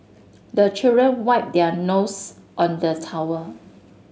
the children wipe their nose on the towel